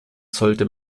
sollte